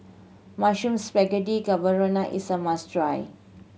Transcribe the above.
Mushroom Spaghetti Carbonara is a must try